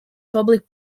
public